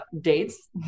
dates